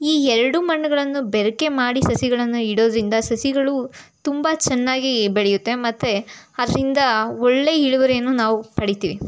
ಈ ಎರಡೂ ಮಣ್ಣುಗಳನ್ನು ಬೆರಕೆ ಮಾಡಿ ಸಸಿಗಳನ್ನು ಇಡೋದರಿಂದ ಸಸಿಗಳು ತುಂಬ ಚೆನ್ನಾಗಿ ಬೆಳೆಯುತ್ತೆ ಮತ್ತು ಅದರಿಂದ ಒಳ್ಳೆಯ ಇಳುವರಿಯನ್ನು ನಾವು ಪಡಿತೀವಿ